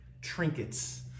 trinkets